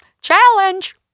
challenge